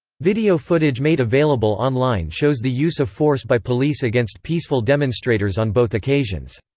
video footage made available online shows the use of force by police against peaceful demonstrators on both occasions.